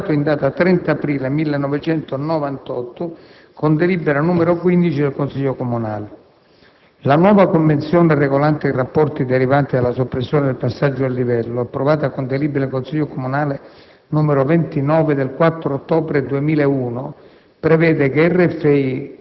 il cui progetto è stato approvato in data 30 aprile 1998 con delibera n. 15 del Consiglio comunale. La nuova convenzione regolante i rapporti derivanti dalla soppressione del passaggio a livello, approvata con delibera del Consiglio comunale n. 29 del 4 ottobre 2001,